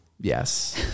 Yes